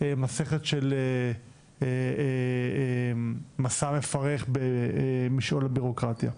מסכת של מסע מפרך במשעול הבירוקרטיה.